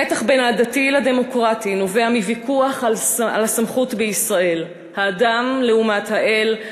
המתח בין הדתי לדמוקרטי נובע מוויכוח על הסמכות בישראל: האדם לעומת האל,